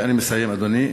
אני מסיים, אדוני.